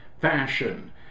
fashion